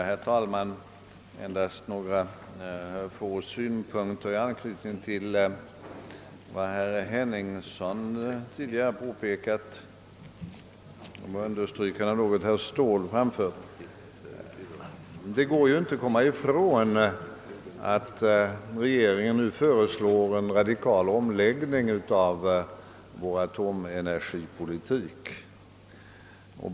Herr talman! Jag vill endast anföra några få synpunkter i anknytning till vad herr Henningsson tidigare yttrat och även understryka en del av vad herr Ståhl anfört. Man kan inte komma ifrån att regeringen nu föreslår en radikal omläggning av vår atomenergipolitik.